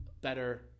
better